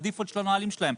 בדיפולט של הנהלים שלהם,